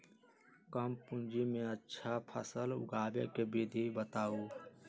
कम पूंजी में अच्छा फसल उगाबे के विधि बताउ?